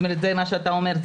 מה שאתה אומר,